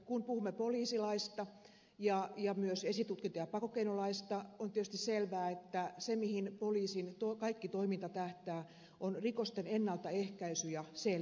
kun puhumme poliisilaista ja myös esitutkinta ja pakkokeinolaista on tietysti selvää että se mihin poliisin kaikki toiminta tähtää on rikosten ennaltaehkäisy ja selvittäminen